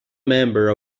member